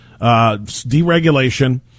deregulation